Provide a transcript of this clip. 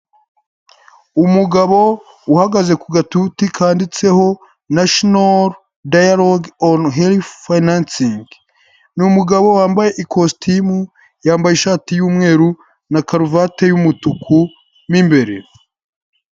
Umugabo uhagaze ku gatuti kanditseho nashinoru dayaroge oni herifuy fayinansingi ni umugabo wambaye ikositimu yambaye ishati y'umweru na karuvati y'umutuku mu imbere.